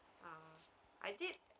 uh I did